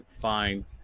fine